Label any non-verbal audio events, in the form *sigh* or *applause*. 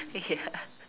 *laughs* ya